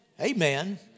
Amen